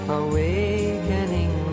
awakening